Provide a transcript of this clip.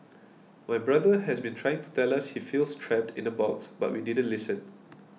my brother has been trying to tell us he feels trapped in a box but we didn't listen